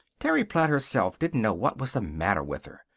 terry platt herself didn't know what was the matter with her.